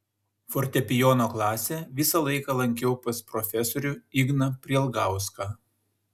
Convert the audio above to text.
fortepijono klasę visą laiką lankiau pas profesorių igną prielgauską